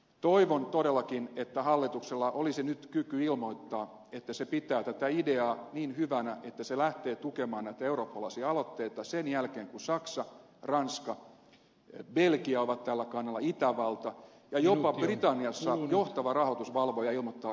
toivon todellakin että hallituksella olisi nyt kyky ilmoittaa että se pitää tätä ideaa niin hyvänä että se lähtee tukemaan näitä eurooppalaisia aloitteita sen jälkeen kun saksa ranska ja belgia ovat tällä kannalla itävalta ja jopa britanniassa johtava rahoitusvalvoja ilmoittaa kannattavansa